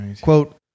Quote